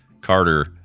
Carter